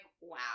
wow